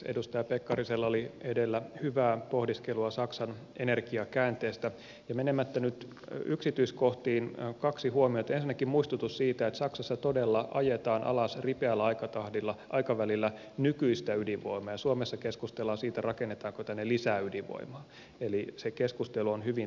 edustaja pekkarisella oli edellä hyvää pohdiskelua saksan energiakäänteistä ja menemättä nyt yksityiskohtiin kaksi huomiota ensinnäkin muistutus siitä että saksassa todella ajetaan alas ripeällä aikavälillä nykyistä ydinvoimaa ja suomessa keskustellaan siitä rakennetaanko tänne lisäydinvoimaa eli se keskustelu on hyvin toisenlainen